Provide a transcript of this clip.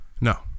No